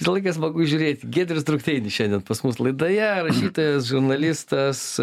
visą laiką smagu žiūrėti giedrius drukteinis šiandien pas mus laidoje rašytojas žurnalistas